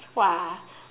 !wah!